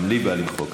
גם לי בא למחוא כפיים.